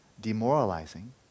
demoralizing